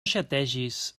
xategis